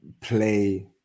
play